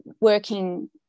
working